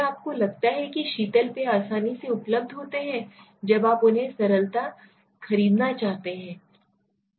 क्या आपको लगता है कि शीतल पेय आसानी से उपलब्ध होते हैं जब आप उन्हें सरलता खरीदना चाहते हैं